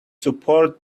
support